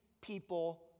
people